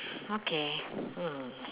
okay mm